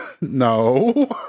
No